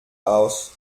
aus